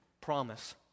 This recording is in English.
Promise